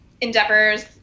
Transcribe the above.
endeavors